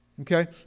Okay